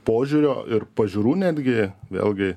požiūrio ir pažiūrų netgi vėlgi